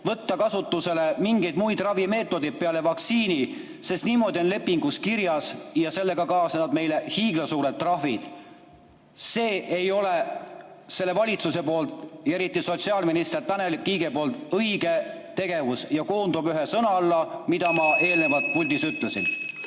võtta kasutusele mingeid muid ravimeetodeid peale vaktsiini, sest niimoodi on lepingus kirjas ja sellega kaasneksid meile hiiglasuured trahvid. See ei ole selle valitsuse ja eriti sotsiaalminister Tanel Kiige õige tegevus ja koondub ühe sõna alla, mida ma eelnevalt puldis ütlesin.